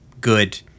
good